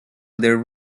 their